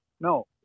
no